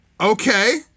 Okay